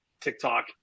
TikTok